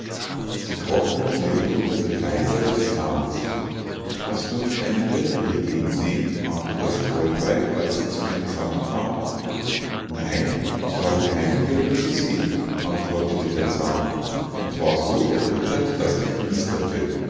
sie kroch nun schnell unter die reiser des zauns hast du nicht eine dirne hier gehen sehen fragte das trollweib als sie zu dem zaun kam nein ich habe keine dirne gesehen antwortete der zaun und war so erbittert daß er knisterte